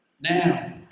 Now